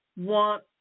want